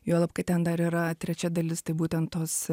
juolab kad ten dar yra trečia dalis tai būtent tos